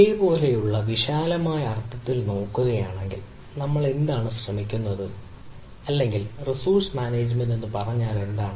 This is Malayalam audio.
ഇതുപോലുള്ള വിശാലമായ പദത്തിൽ നോക്കുകയാണെങ്കിൽ നമ്മൾ എന്താണ് ശ്രമിക്കുന്നത് അല്ലെങ്കിൽ റിസോഴ്സ് മാനേജ്മെന്റ് എന്ന് പറഞ്ഞാൽ എന്താണ്